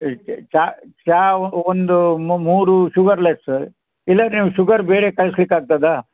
ಇದಕ್ಕೆ ಚಾ ಚಾ ಒಂದು ಮೂರು ಶುಗರ್ಲೆಸ್ಸು ಇಲ್ಲ ನೀವು ಶುಗರ್ ಬೇರೆ ಕಳ್ಸ್ಲಿಕ್ಕೆ ಆಗ್ತದ್ಯಾ